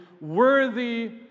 worthy